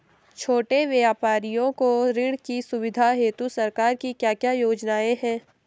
छोटे व्यापारियों को ऋण की सुविधा हेतु सरकार की क्या क्या योजनाएँ हैं?